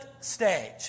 stage